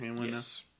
Yes